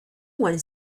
one